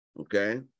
Okay